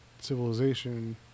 civilization